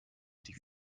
die